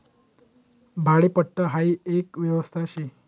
भाडेपट्टा हाई एक व्यवस्था शे